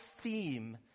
theme